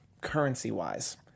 currency-wise